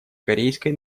корейской